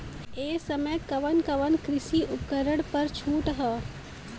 ए समय कवन कवन कृषि उपकरण पर छूट ह?